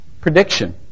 prediction